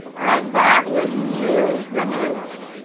alright that is use the news